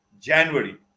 January